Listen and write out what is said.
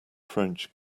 french